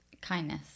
kindness